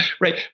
right